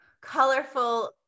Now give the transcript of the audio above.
colorful